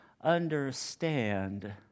understand